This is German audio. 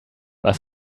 was